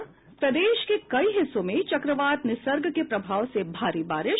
और प्रदेश के कई हिस्सों में चक्रवात निसर्ग के प्रभाव से भारी बारिश